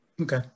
Okay